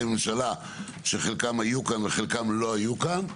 ממשלה שחלקם היו פה וחלקם לא היו פה,